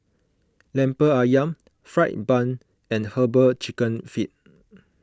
Lemper Ayam Fried Bun and Herbal Chicken Feet